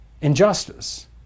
injustice